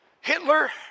Hitler